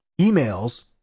emails